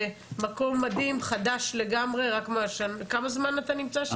כמה זמן אתה נמצא שם?